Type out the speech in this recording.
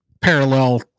parallel